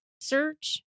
search